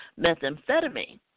methamphetamine